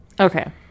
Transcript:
Okay